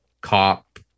cop